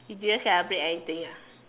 you didn't celebrate anything ah